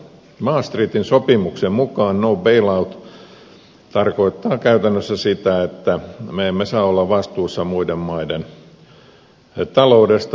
maastrichtin sopimuksen mukaan no bail out tarkoittaa käytännössä sitä että me emme saa olla vastuussa muiden maiden taloudesta